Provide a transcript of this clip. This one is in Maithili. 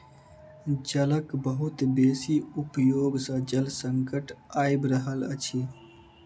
जलक बहुत बेसी उपयोग सॅ जल संकट आइब रहल अछि